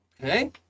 Okay